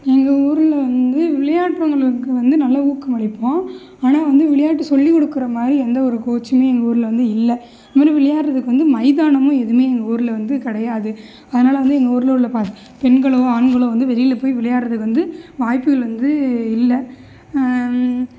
எங்கள் ஊரில் வந்து விளையாடுறவங்களுக்கு வந்து நல்லா ஊக்கமளிப்போம் ஆனால் வந்து விளையாட்டு சொல்லி கொடுக்குற மாதிரி எந்த ஒரு கோச்சுமே எங்கள் ஊரில் வந்து இல்லை அந்த மாதிரி விளையாட்டுறத்துக்கு வந்து மைதானமும் எதுவுமே எங்கள் ஊரில் வந்து கிடையாது அதனால வந்து எங்கள் ஊரில் உள்ள பெண்களோ ஆண்களோ வந்து வெளியில் போய் விளையாடுறது வந்து வாய்ப்புகள் வந்து இல்லை